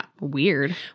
Weird